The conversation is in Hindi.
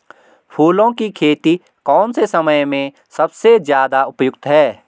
फूलों की खेती कौन से समय में सबसे ज़्यादा उपयुक्त है?